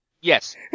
Yes